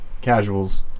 casuals